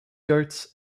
goats